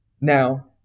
Now